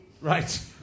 Right